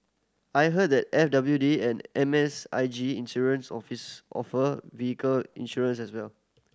I heard that F W D and M S I G Insurance office offer vehicle insurance as well